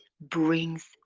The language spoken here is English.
brings